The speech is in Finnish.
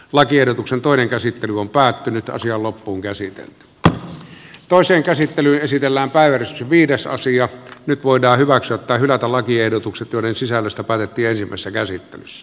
lakiehdotuksen toinen käsittely on päättynyt ja asia loppuunkäsite jo toiseen käsittelyyn esitellään päivä viides asiat nyt voidaan hyväksyä tai hylätä lakiehdotukset joiden sisällöstä partioisimmassa käsittelyssä